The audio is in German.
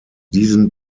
diesen